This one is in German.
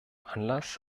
anlass